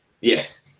Yes